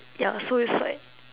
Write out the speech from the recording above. ya so it's like